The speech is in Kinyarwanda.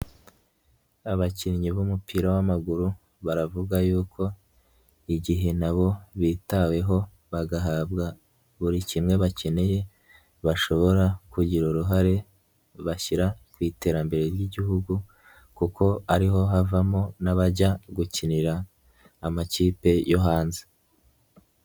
Abakinnyi b'umupira w'amaguru, baravuga yuko igihe na bo bitaweho, bagahabwa buri kimwe bakeneye, bashobora kugira uruhare bashyira ku iterambere ry'igihugu kuko ariho havamo n'abajya gukinira amakipe yo hanze.